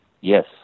Yes